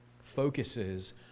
focuses